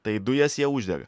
tai dujas jie uždega